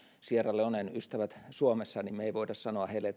sierra leonen ystävät suomessa niin me emme voi sanoa heille